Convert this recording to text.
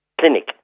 clinic